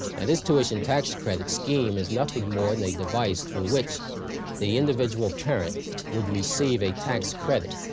and this tuition tax credit scheme is nothing more than a device through which the individual parent would receive a tax credit